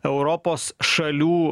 europos šalių